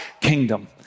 kingdom